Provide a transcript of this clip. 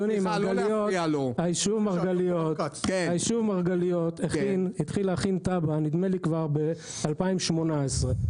היישוב מרגליות התחיל להכין תב"ע כבר ב-2018,